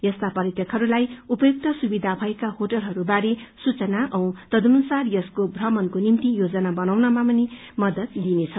यस्ता पर्यटकहरूलाई उपयुक्त सुविधा भएका होटलहरू बारे सूचना औ तदनुसार यसको प्रमणको निम्ति योजना बनाउनमा पनि मदूद दिनेछ